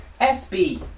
SB